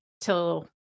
till